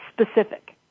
specific